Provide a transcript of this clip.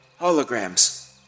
holograms